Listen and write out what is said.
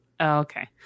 Okay